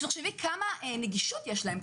תחשבי כמה נגישות יש להם.